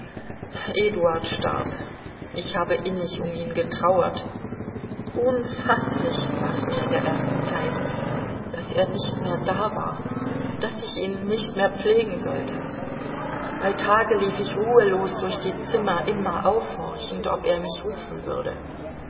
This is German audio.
eduard starb ich habe innig um ihn getrauert unfaßlich war's mir in der ersten zeit daß er nicht mehr da war ich ihn nicht mehr pflegen sollte bei tage lief ich ruhelos durch die zimmer immer aufhorchend ob er mich rufen würde